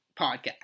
podcast